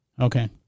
Okay